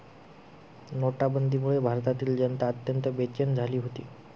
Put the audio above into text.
नोटाबंदीमुळे भारतातील जनता अत्यंत बेचैन झाली होती